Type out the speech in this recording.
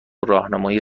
راهنمایی